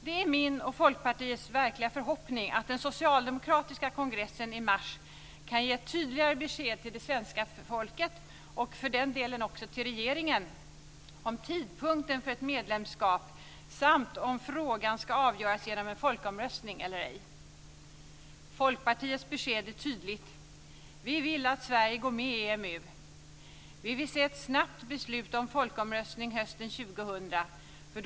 Det är min och Folkpartiets verkliga förhoppning att den socialdemokratiska kongressen i mars kan ge ett tydligare besked till svenska folket, och för den delen även till regeringen, om tidpunkten för ett medlemskap samt om frågan ska avgöras genom en folkomröstning eller ej. Folkpartiets besked är tydligt. Vi vill att Sverige går med i EMU. Vi vill se ett snabbt beslut om folkomröstning hösten 2000.